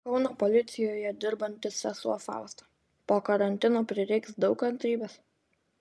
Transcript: kauno policijoje dirbanti sesuo fausta po karantino prireiks daug kantrybės